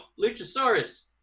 Luchasaurus